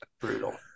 Brutal